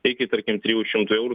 iki tarkim trijų šimtų eurų